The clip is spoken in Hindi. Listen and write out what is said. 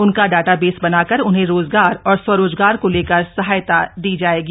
उनका डाटाबेस बनाकर उन्हें रोजगार और स्वरोजगार को लेकर सहायता दी जाएगी